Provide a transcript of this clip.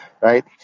right